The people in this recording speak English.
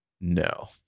No